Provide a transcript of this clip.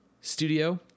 studio